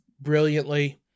brilliantly